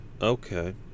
okay